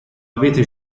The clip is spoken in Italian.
avete